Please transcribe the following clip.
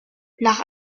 nach